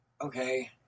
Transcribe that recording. okay